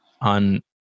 on